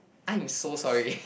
I am so sorry